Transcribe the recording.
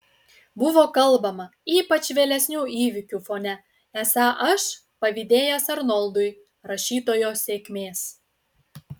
buvo kalbama ypač vėlesnių įvykių fone esą aš pavydėjęs arnoldui rašytojo sėkmės